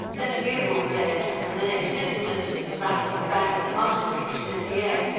then a bugle blared, and the next instant the rattle and bang of musketry split the air.